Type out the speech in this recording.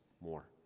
more